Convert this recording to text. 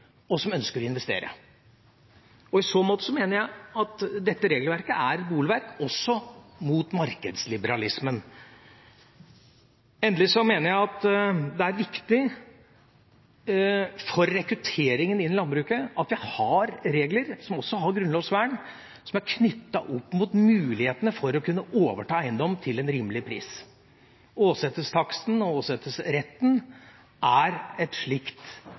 og som ønsker å investere. I så måte mener jeg at dette regelverket er et bolverk også mot markedsliberalismen. Endelig mener jeg at det er viktig for rekrutteringen innen landbruket at vi har regler som også har grunnlovsvern, som er knyttet opp mot mulighetene for å kunne overta eiendom til en rimelig pris. Åsetestaksten og åsetesretten er et slikt